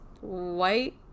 white